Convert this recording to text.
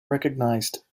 recognised